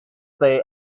they